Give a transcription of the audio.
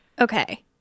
Okay